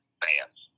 fans